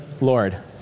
Lord